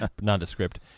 nondescript